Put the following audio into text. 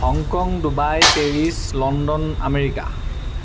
Hong Kong Dubai Paris London America